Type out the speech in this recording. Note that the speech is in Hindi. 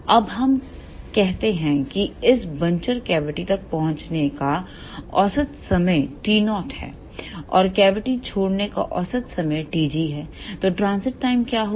अब हम कहते हैं कि इस बंचर कैविटी तक पहुँचने का औसत समय t0 है और कैविटीछोड़ने का औसत समय tg है तो ट्रांजिट टाइम क्या होगा